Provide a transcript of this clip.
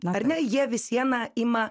ar ne jie vis viena ima